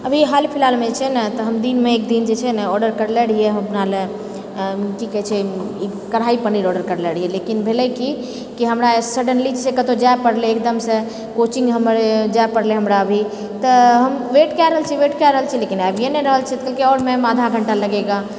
अभी हाल फिलहालमे जेछै ने तऽ हम दिनमे एकदिन जे छै नहि ऑर्डर करले रहिऐ अपनाले कि कहैछे ई कढ़ाइ पनीर ऑर्डर करले रहिए लेकिन भेले कि हमरा सडेन्लीसँ कतहुँ जाए पड़ले एकदमसँ कोचिङ्ग हमर जाए पड़ले हमरा अभी तऽ हम वेट कए रहल छी वेट कए रहल छी लेकिन अबिए नहि रहलछै कहलकै आओर मैम आधा घण्टा लगेगा